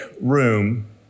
room